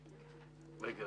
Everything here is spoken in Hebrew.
5 לא